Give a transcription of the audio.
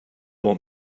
want